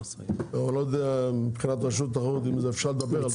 אני לא יודע אם מבחינת רשות התחרות אפשר לדבר על זה.